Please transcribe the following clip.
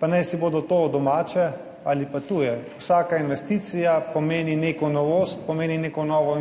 pa naj si bodo to domače ali pa tuje, vsaka investicija pomeni neko novost, pomeni neko novo